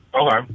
Okay